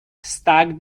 stag